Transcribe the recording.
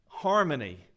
harmony